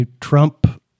Trump